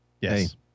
Yes